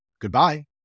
goodbye